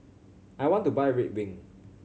I want to buy Ridwind